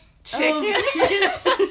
Chicken